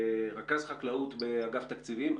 כרכז חקלאות באגף התקציבים,